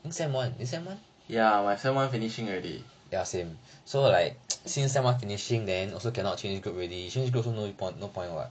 ya my sem one finishing already